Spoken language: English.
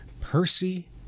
Percy